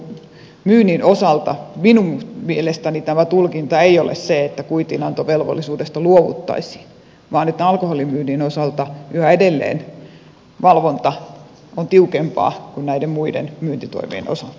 elikkä alkoholimyynnin osalta minun mielestäni tämä tulkinta ei ole se että kuitinantovelvollisuudesta luovuttaisiin vaan että alkoholin myynnin osalta yhä edelleen valvonta on tiukempaa kuin näiden muiden myyntitoimien osalta